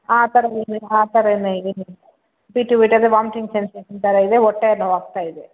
ಆ ಥರದ್ದು ಏನಿಲ್ಲ ಆ ಥರ ಏನು ಇದೇನಿಲ್ಲ ವಾಮ್ಟಿಂಗ್ ಸೆನ್ಸೇಷನ್ ಥರ ಇದೆ ಹೊಟ್ಟೆ ನೋವಾಗ್ತಾಯಿದೆ